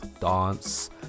dance